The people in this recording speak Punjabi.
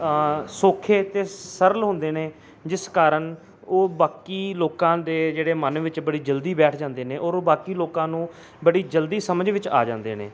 ਸੌਖੇ ਅਤੇ ਸਰਲ ਹੁੰਦੇ ਨੇ ਜਿਸ ਕਾਰਨ ਉਹ ਬਾਕੀ ਲੋਕਾਂ ਦੇ ਜਿਹੜੇ ਮਨ ਵਿੱਚ ਬੜੀ ਜਲਦੀ ਬੈਠ ਜਾਂਦੇ ਨੇ ਔਰ ਉਹ ਬਾਕੀ ਲੋਕਾਂ ਨੂੰ ਬੜੀ ਜਲਦੀ ਸਮਝ ਵਿੱਚ ਆ ਜਾਂਦੇ ਨੇ